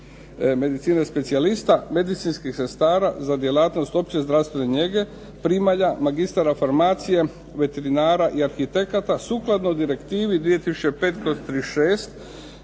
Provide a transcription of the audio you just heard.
medicine specijalista, medicinskih sestara za djelatnost opće zdravstvene njege, primalja, magistara farmacije, veterinara i arhitekata sukladno Direktivi 2005/36